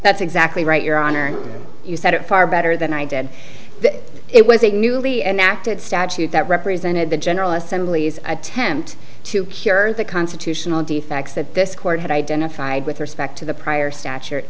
that's exactly right your honor you said it far better than i did that it was a newly enacted statute that represented the general assembly's attempt to cure the constitutional defects that this court had identified with respect to the prior stature